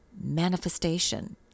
manifestation